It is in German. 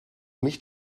mich